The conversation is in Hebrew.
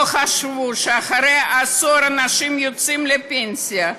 לא חשבו שאחרי עשור אנשים יוצאים לפנסיה.